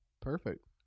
Perfect